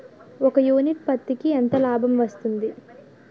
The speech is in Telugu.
ఒక యూనిట్ పత్తికి ఎంత లాభం వస్తుంది?